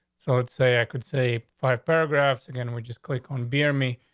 so let's say i could say five paragraphs again. we just click on beer. me.